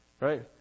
right